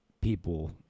people